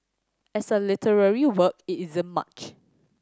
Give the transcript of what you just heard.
as a literary work it isn't much